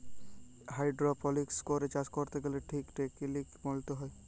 hydroponics করে চাষ ক্যরতে গ্যালে ঠিক টেকলিক মলতে হ্যয়